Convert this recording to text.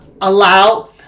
allow